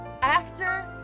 actor